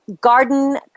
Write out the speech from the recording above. garden